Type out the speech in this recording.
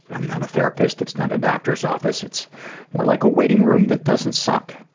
i'm not a therapist, it's not a doctor's office. it's more like a waiting room that doesn't suck.